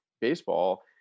baseball